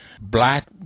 black